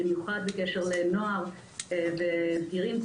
במיוחד בקשר לנוער וצעירים.